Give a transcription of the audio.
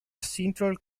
central